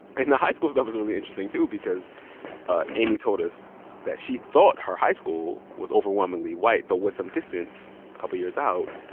in the high schools, that was really interesting, too, because ah amy told us that she thought her high school was overwhelmingly white, but with some distance, a couple years out,